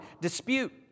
dispute